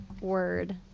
word